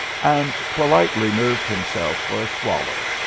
and politely nerved himself for a swallow.